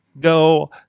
go